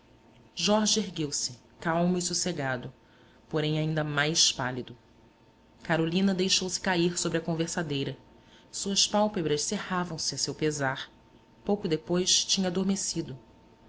jorge ergueu-se calmo e sossegado porém ainda mais pálido carolina deixou-se cair sobre a conversadeira suas pálpebras cerravam se a seu pesar pouco depois tinha adormecido